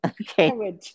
okay